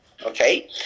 Okay